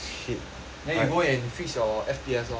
then you go and fix your F_P_S orh